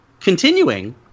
continuing